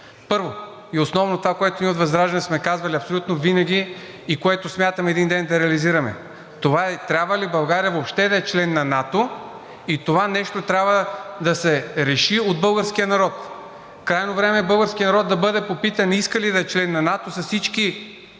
Първо и основно това, което ние от ВЪЗРАЖДАНЕ сме казвали абсолютно винаги и което смятаме един ден да реализираме, е трябва ли България въобще да е член на НАТО и това нещо трябва да се реши от български народ. Крайно време е българският народ да бъде попитан иска ли да е член на НАТО с всички